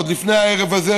עוד לפני הערב הזה,